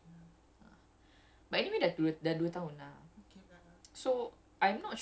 exact~ exactly so that's why macam dia punya performance pun dah macam tahi ah